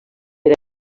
per